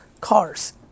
cars